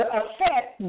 affect